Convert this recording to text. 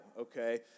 okay